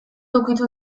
ukitu